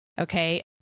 Okay